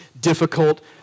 difficult